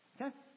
Okay